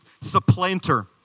supplanter